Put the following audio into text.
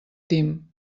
team